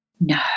no